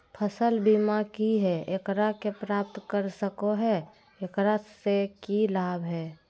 फसल बीमा की है, एकरा के प्राप्त कर सको है, एकरा से की लाभ है?